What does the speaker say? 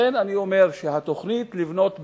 לכן אני אומר שהתוכנית לבנות בגילה,